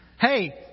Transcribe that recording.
Hey